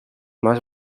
más